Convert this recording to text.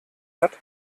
hat